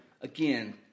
again